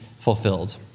fulfilled